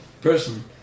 person